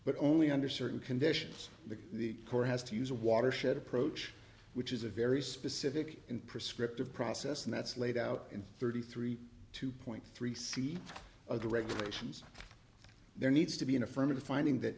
but only under certain conditions the the court has to use a watershed approach which is a very specific and prescriptive process and that's laid out in thirty three two point three seat of the regulations there needs to be an affirmative